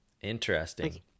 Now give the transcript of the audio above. Interesting